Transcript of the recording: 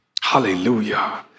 Hallelujah